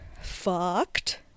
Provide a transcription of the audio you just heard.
fucked